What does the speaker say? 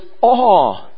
awe